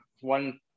one